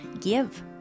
give